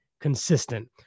consistent